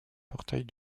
portails